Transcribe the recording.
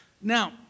Now